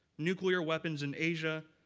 nuclear weapons in asia,